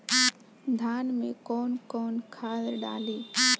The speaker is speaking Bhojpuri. धान में कौन कौनखाद डाली?